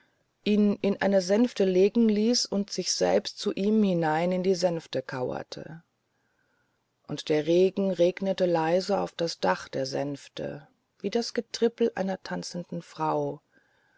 ihn in eine sänfte legen ließ und sich selbst zu ihm hinein in die sänfte kauerte und der regen regnete leise auf das dach der sänfte wie das getrippel einer tanzenden frau